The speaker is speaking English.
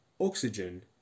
Oxygen